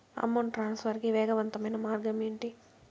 amount transfer కి వేగవంతమైన మార్గం ఏంటి